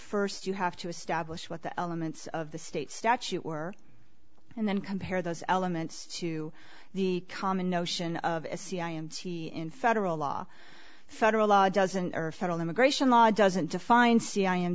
first you have to establish what the elements of the state statute were and then compare those elements to the common notion of a cia in federal law federal law doesn't or federal immigration law doesn't define c